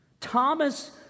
Thomas